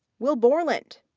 will borland,